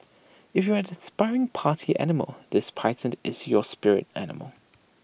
if you are the aspiring party animal this python is your spirit animal